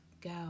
go